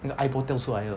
那个 eyeball 掉出来的